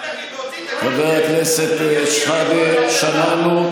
אל תגיד "להוציא", תגיד, חבר הכנסת שחאדה, שמענו.